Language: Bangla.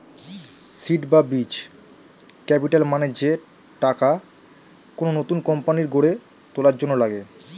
সীড বা বীজ ক্যাপিটাল মানে যে টাকা কোন নতুন কোম্পানি গড়ে তোলার জন্য লাগে